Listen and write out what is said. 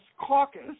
Caucus